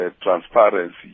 transparency